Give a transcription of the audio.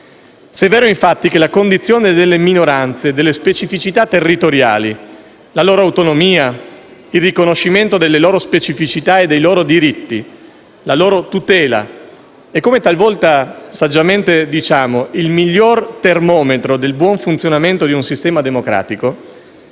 Se è vero, infatti, che la condizione delle minoranze e delle specificità territoriali, la loro autonomia, il riconoscimento delle loro specificità e dei loro diritti, la loro tutela sono, come talvolta saggiamente diciamo, il miglior termometro del buon funzionamento di un sistema democratico,